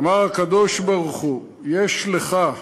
אמר הקדוש-ברוך-הוא: יש לך,